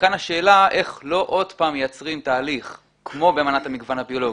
מכאן השאלה איך לא עוד פעם מייצרים תהליך כמו באמנת המגוון הביולוגי,